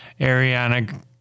Ariana